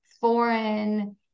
foreign